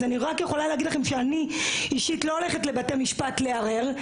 אני רק יכולה להגיד לכם שאני אישית לא הולכת לבתי משפט לערער,